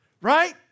Right